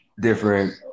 different